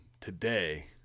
today